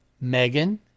Megan